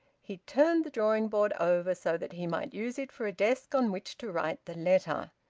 he turned the drawing-board over, so that he might use it for a desk on which to write the letter.